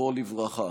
זכרו לברכה.